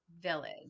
Village